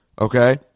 Okay